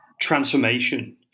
transformation